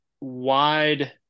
wide